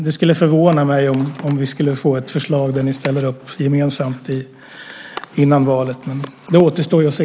Det skulle förvåna mig om vi skulle få ett förslag där ni ställer upp gemensamt innan valet. Men det återstår att se.